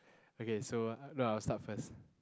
okay so no I'll start first